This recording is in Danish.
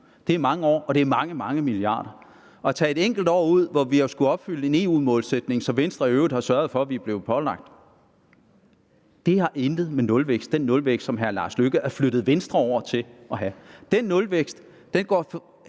Det er mange år, og det er mange, mange milliarder kroner. At tage et enkelt år ud, hvor vi har skullet opfylde en EU-målsætning, som Venstre i øvrigt har sørget for at vi blev pålagt, har intet at gøre med den nulvækst, som hr. Lars Løkke Rasmussen har flyttet Venstre over til at have. Den nulvækst varer